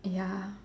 ya